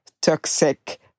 toxic